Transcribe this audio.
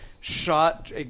shot